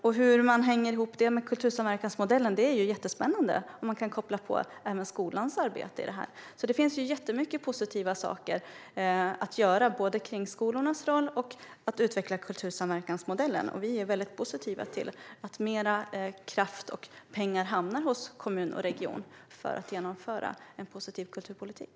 Hur skulle det hänga ihop med den lokala kultursamverkansmodellen? Det är jättespännande om man kan koppla på även skolans arbete i det. Det finns alltså jättemånga positiva saker att göra, både när det gäller skolornas roll och när det gäller att utveckla kultursamverkansmodellen. Vi är positiva till att mer kraft och pengar hamnar hos kommun och region för att genomföra en positiv kulturpolitik.